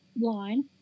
line